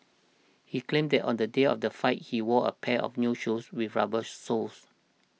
he claimed that on the day of the fight he wore a pair of new shoes with rubber soles